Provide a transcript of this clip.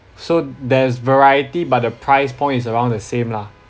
so there's variety but the price point is around the same lah